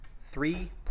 three